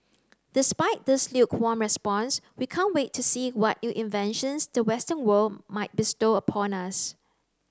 despite this lukewarm response we can't wait to see what new inventions the western world might bestow upon us